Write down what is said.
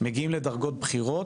מגיעים לדרגות בכירות,